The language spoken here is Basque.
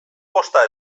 posta